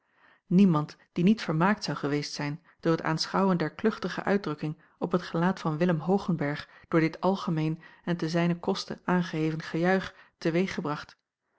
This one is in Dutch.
niemand die niet vermaakt zou geweest zijn door t aanschouwen der kluchtige uitdrukking op het gelaat van willem hoogenberg door dit algemeen en te zijnen koste aangeheven gejuich te weeg gebracht